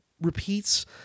repeats